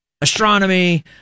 astronomy